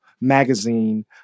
magazine